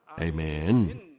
Amen